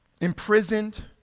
imprisoned